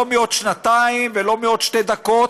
לא מעוד שנתיים ולא מעוד שתי דקות,